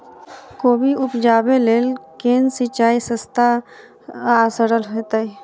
कोबी उपजाबे लेल केँ सिंचाई सस्ता आ सरल हेतइ?